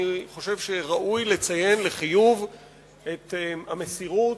אני חושב שראוי לציין לחיוב את המסירות,